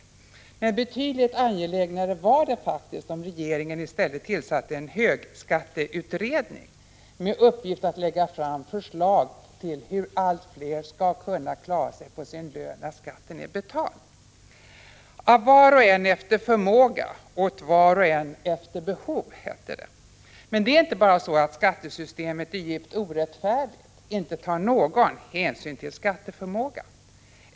Det är faktiskt betydligt angelägnare att regeringen tillsätter en högskatteutredning, med uppgift att lägga fram förslag till hur allt fler skall kunna klara sig på sin lön när skatten är betald. Av var och en efter förmåga, åt var och en efter behov, hette det. Det är inte bara så att skattesystemet är djupt orättfärdigt och inte tar någon hänsyn till skatteförmågan.